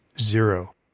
zero